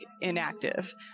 inactive